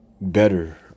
better